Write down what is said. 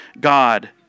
God